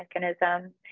mechanisms